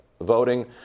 voting